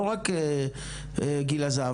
לא רק גיל הזהב,